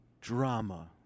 drama